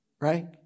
Right